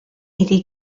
iddi